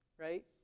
Right